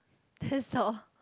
that's all